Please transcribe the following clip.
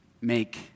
make